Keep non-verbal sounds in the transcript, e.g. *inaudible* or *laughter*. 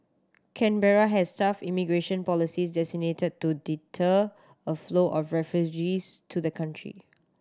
Canberra has tough immigration policies *unintelligible* to deter a flow of refugees to the country